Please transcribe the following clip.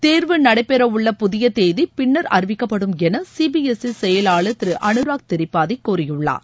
தேர்வு நடைபெறவுள்ள புதிய தேதி பின்னர் அறிவிக்கப்படும் என சீபிஎஸ்இ செயலாளர் திரு அறைாக் திரிபாதி கூறியுள்ளார்